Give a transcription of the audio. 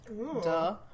Duh